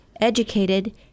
educated